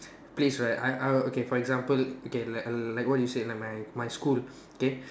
place right I I will okay for example okay like like what you said like my my school okay